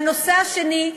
והנושא השני,